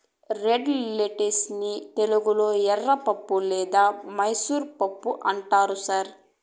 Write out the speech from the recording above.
red lentils ని తెలుగులో ఎర్రపప్పు లేదా మైసూర్ పప్పు అంటారు సార్